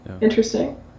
Interesting